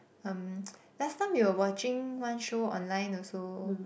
um last time we were watching one show online also